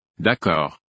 D'accord